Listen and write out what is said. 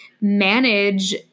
manage